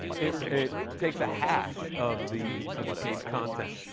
it it takes a hash of the of the page content.